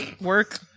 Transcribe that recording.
work